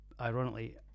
Ironically